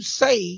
say